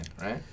right